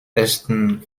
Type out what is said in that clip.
ersten